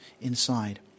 inside